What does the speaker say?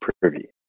Privy